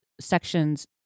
sections